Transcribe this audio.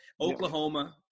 Oklahoma